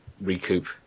recoup